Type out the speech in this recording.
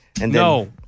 No